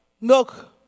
milk